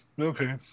okay